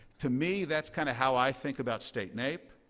to me, that's kind of how i think about state naep.